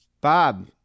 Bob